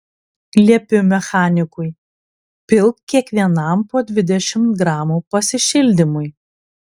liepiu mechanikui pilk kiekvienam po dvidešimt gramų pasišildymui